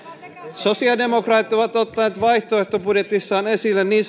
sosiaalidemokraatit ovat ottaneet vaihtoehtobudjetissaan esille niin